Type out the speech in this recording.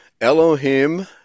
Elohim